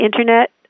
internet